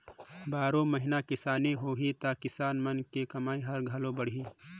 बारो महिना किसानी होही त किसान मन के कमई ह घलो बड़ही